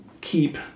keep